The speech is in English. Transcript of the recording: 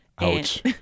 Ouch